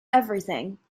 everything